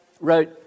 wrote